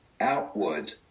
outward